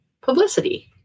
publicity